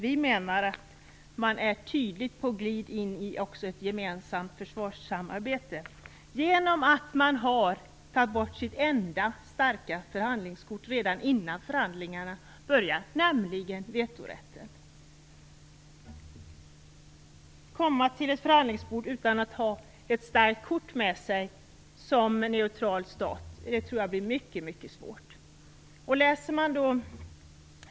Vi menar att man tydligt är på väg in i också ett gemensamt försvarssamarbete genom att man har tagit bort sitt enda starka förhandlingskort redan innan förhandlingarna börjat, nämligen vetorätten. Komma som neutral stat till ett förhandlingsbord utan att ha ett starkt kort med sig tror jag blir mycket svårt.